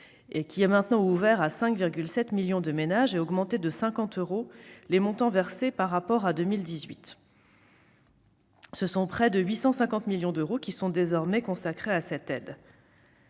chèque énergie à 5,7 millions de ménages et augmenté de 50 euros les montants versés par rapport à 2018. Près de 850 millions d'euros sont désormais consacrés à cette aide.